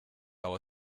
our